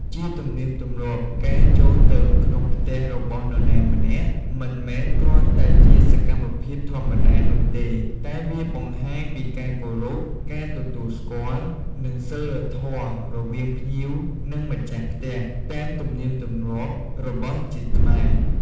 ជាទំនៀមទម្លាប់ ការចូលទៅក្នុងផ្ទះរបស់នរណាម្នាក់ មិនមែនគ្រាន់តែជាសកម្មភាពធម្មតានោះទេ តែវាបង្ហាញពីការគោរព ការទទួលស្គាល់ និងសីលធម៌រវាងភ្ញៀវនិងម្ចាស់ផ្ទះ តាមទំនៀមទម្លាប់របស់ជាតិខ្មែរ។